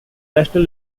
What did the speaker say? national